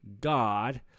God